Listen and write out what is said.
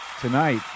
tonight